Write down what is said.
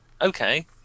Okay